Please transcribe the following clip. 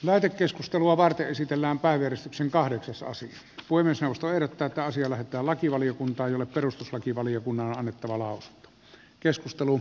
lähetekeskustelua varten esitellään päivystyksen kahdeksasosia voi myös nostaa nyt päättäisi lähettää lakivaliokuntaan jolle perustuslakivaliokunnan on annettava lausunto